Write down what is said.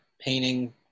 Painting